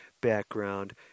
background